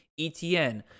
ETN